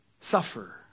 suffer